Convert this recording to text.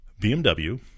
BMW